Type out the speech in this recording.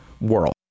world